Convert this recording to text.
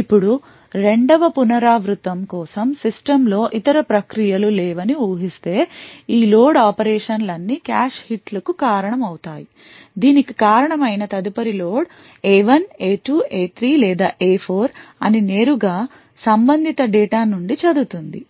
ఇప్పుడు రెండవ పునరావృతం కోసం సిస్టమ్లో ఇతర ప్రక్రియలు లేవని ఊహిస్తే ఈ లోడ్ ఆపరేషన్లన్నీ కాష్ హిట్ల కు కారణమవుతాయి దీనికి కారణం అయినా తదుపరి లోడ్ A1 A2 A3 లేదా A4 అని నేరుగా సంబంధిత డేటా నుండి చదువుతుంది